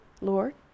Lord